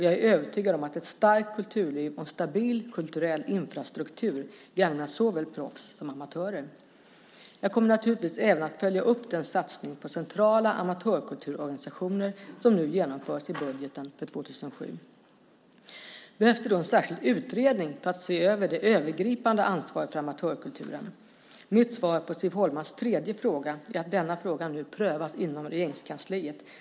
Jag är övertygad om att ett starkt kulturliv och en stabil kulturell infrastruktur gagnar såväl proffs som amatörer. Jag kommer naturligtvis även att följa upp den satsning på centrala amatörkulturorganisationer som nu genomförts enligt budgeten för 2007. Behövs det då en särskild utredning för att se över det övergripande ansvaret för amatörkulturen? Mitt svar på Siv Holmas tredje fråga är att denna fråga nu prövas inom Regeringskansliet.